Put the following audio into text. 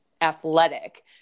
athletic